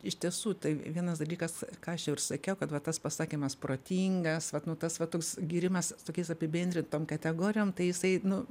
iš tiesų tai vienas dalykas ką aš jau ir sakiau kad va tas pasakymas protingas vat nu tas va toks gyrimas tokiais apibendrintom kategorijom tai jisai nu